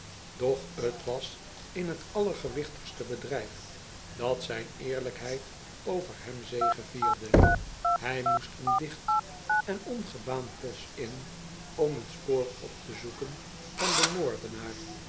doch t was in t allergewichtigste bedrijf dat zijn eerlijkheid over hem zegevierde hij moest een dicht en ongebaand boschin om t spoor op te zoeken van den moordenaar